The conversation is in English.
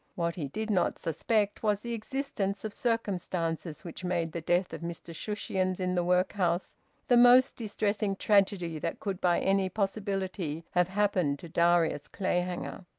what he did not suspect was the existence of circumstances which made the death of mr shushions in the workhouse the most distressing tragedy that could by any possibility have happened to darius clayhanger.